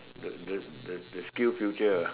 the the the the skill future